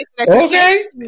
okay